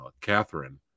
Catherine